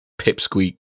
pipsqueak